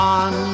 on